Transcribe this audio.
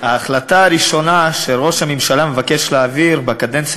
ההחלטה הראשונה שראש הממשלה מבקש להעביר בקדנציה